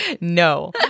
No